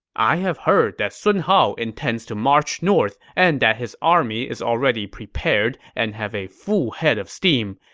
i have heard that sun hao intends to march north and that his army is already prepared and have a full head of steam.